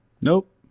Nope